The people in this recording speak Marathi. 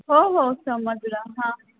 हो हो समजलं हां